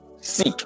seek